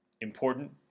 important